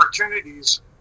opportunities